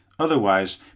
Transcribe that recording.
Otherwise